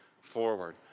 forward